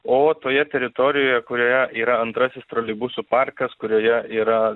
o toje teritorijoje kurioje yra antrasis troleibusų parkas kurioje yra